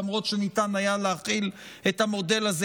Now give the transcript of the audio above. למרות שניתן היה להחיל את המודל הזה